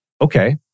Okay